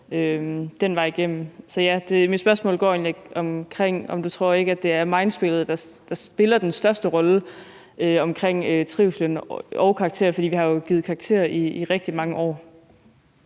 den vej igennem. Så mit spørgsmål går egentlig på, om du ikke tror, det er mindsettet, der spiller den største rolle for trivslen og karakterer, for vi har jo givet karakterer i rigtig mange år.